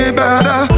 better